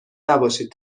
نباشید